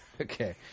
Okay